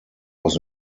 was